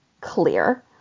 clear